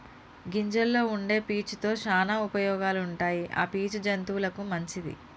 గింజల్లో వుండే పీచు తో శానా ఉపయోగాలు ఉంటాయి ఆ పీచు జంతువులకు మంచిది